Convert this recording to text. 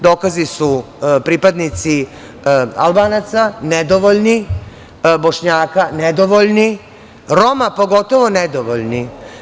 Dokazi su pripadnici Albanaca - nedovoljni, Bošnjaka - nedovoljni, Roma - pogotovo nedovoljni.